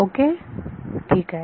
okay ठीक आहे